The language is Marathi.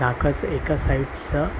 नाकाचं एका साईटचं